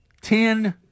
ten –